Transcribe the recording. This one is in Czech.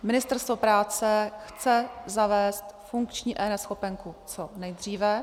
Ministerstvo práce chce zavést funkční eNeschopenku co nejdříve.